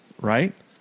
Right